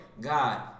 God